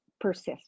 persist